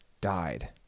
died